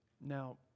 Now